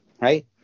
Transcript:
right